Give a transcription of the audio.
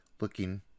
looking